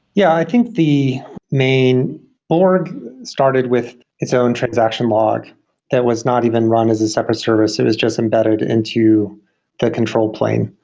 yeah. i think the main borg started with its own transaction log that was not even run as a separate service. it was just embedded into the control plane,